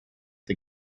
the